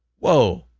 whoa.